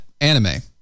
anime